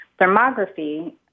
Thermography